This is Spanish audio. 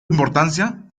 importancia